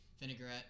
Vinaigrette